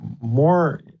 more